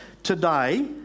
Today